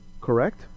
correct